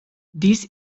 these